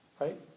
right